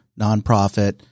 nonprofit